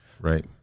Right